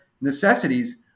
necessities